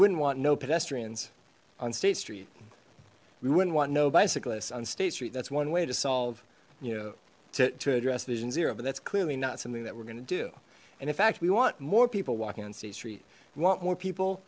wouldn't want no pedestrians on state street we wouldn't want no bicyclists on state street that's one way to solve you know to address vision zero but that's clearly not something that we're going to do and in fact we want more people walking on c street want more people